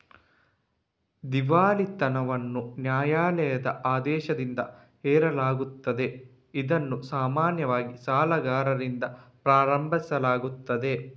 ದಿವಾಳಿತನವನ್ನು ನ್ಯಾಯಾಲಯದ ಆದೇಶದಿಂದ ಹೇರಲಾಗುತ್ತದೆ, ಇದನ್ನು ಸಾಮಾನ್ಯವಾಗಿ ಸಾಲಗಾರರಿಂದ ಪ್ರಾರಂಭಿಸಲಾಗುತ್ತದೆ